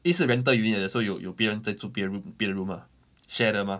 因为是 rental unit 来的 so 有有别人在住别人别人 room ah share 的 mah